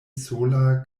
sola